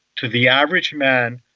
to the average man,